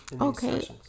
okay